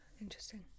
Interesting